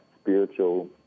spiritual